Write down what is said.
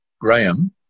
Graham